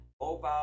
mobile